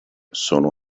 sono